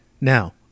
Now